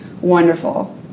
wonderful